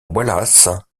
wallace